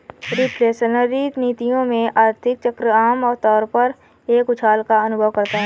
reflationary नीतियों में, आर्थिक चक्र आम तौर पर एक उछाल का अनुभव करता है